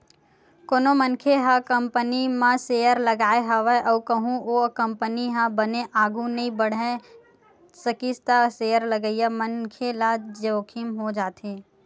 कोनो मनखे ह कोनो कंपनी म सेयर लगाय हवय अउ कहूँ ओ कंपनी ह बने आघु नइ बड़हे सकिस त सेयर लगइया मनखे ल जोखिम हो जाथे